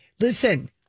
listen